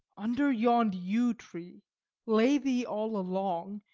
under yond yew tree lay thee all along,